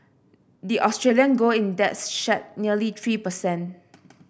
the Australian gold index shed nearly three per cent